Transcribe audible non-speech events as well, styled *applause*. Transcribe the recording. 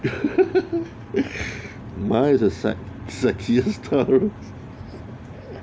*laughs* mine is the sex~ sexiest taurus *laughs*